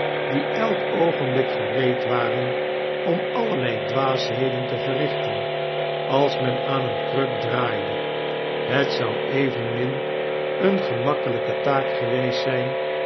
die elk oogenblik gereed waren om allerlei dwaasheden te vetrrichteii als men aan een kruk draaide het zou evenmin eene gemakkelijke taak geweest zijn